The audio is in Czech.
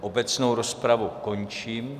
Obecnou rozpravu končím.